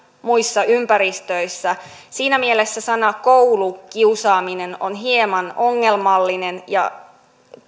muissa ympäristöissä siinä mielessä sana koulukiusaaminen on hieman ongelmallinen ja